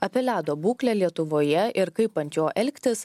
apie ledo būklę lietuvoje ir kaip ant jo elgtis